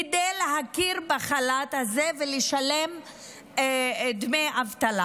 כדי להכיר בחל"ת הזה ולשלם דמי אבטלה.